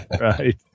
Right